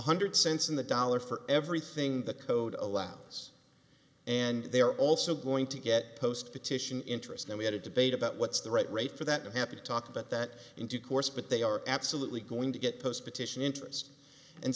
hundred cents on the dollar for everything the code allows and they're also going to get post petition interest and we had a debate about what's the right rate for that i'm happy to talk about that in due course but they are absolutely going to get post petition interest and